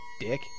dick